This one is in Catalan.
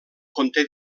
conté